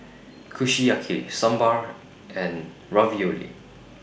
Kushiyaki Sambar and Ravioli